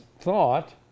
thought